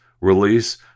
release